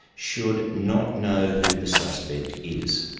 should not know who the suspect is.